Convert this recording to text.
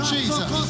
Jesus